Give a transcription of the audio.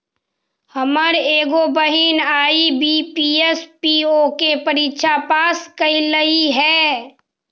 हमर एगो बहिन आई.बी.पी.एस, पी.ओ के परीक्षा पास कयलइ हे